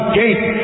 gate